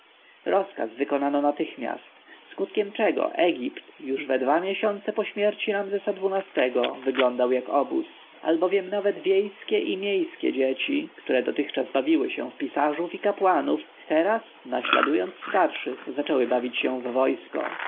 rozkaz wykonano natychmiast skutkiem czego egipt już we dwa miesiące po śmierci ramzesa xii-go wyglądał jak obóz albowiem nawet wiejskie i miejskie dzieci które dotychczas bawiły się w pisarzy i kapłanów teraz naśladując starszych zaczęły bawić się w wojsko